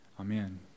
Amen